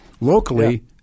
locally –